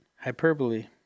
hyperbole